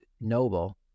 noble